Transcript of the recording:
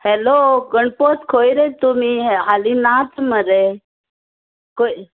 hello Ganpat खंय रे तुमी हे हाली नाच मरे खंय